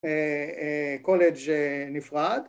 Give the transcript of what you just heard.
‫קולג' נפרד.